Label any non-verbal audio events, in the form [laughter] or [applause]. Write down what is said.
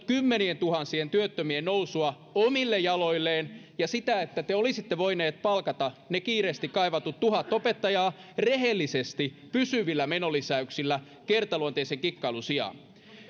[unintelligible] kymmenientuhansien työttömien nousua omille jaloilleen ja sitä että te olisitte voineet palkata ne kiireesti kaivatut tuhat opettajaa rehellisesti pysyvillä menolisäyksillä kertaluonteisen kikkailun sijaan